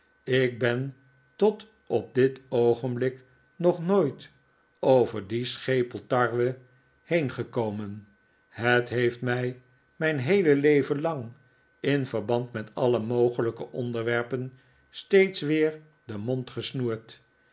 ik ben tot op dit oogenblik nog nooit over die schepel tarwe heen gekomen het heeft mij mijn heele leven lang in verband met alle mogelijke onderwerpen steeds weer den mond gesnoerd